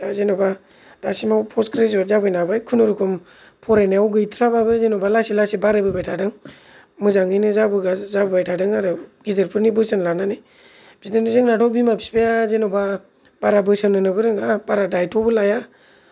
दा जेनबा दासिमाव पस्त ग्रेजुयेत जाफैनो हाबाय खुनुरुखुम फरायनायाव गैथ्रा बाबो जेन'बा लासै लासै बारायबोबाय थादों मोजाङैनो जाबोबाय जाबोबाय थादों आरो गिदिर फोरनि बोसोन लानानै बिदिनो जोंनाथ' बिमा बिफाया बारा बोसोन होनोबो रोङा बारा दायेथ्य बो लाया